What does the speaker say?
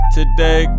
Today